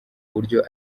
buryo